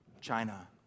China